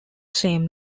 same